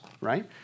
right